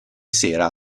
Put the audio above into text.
sera